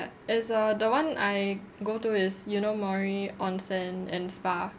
it's uh the one I go to is yunomori onsen and spa